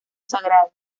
sagrada